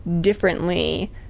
differently